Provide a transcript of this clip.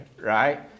right